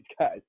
guys